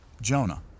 Jonah